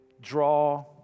draw